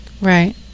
Right